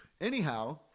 anyhow